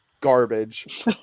Garbage